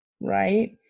Right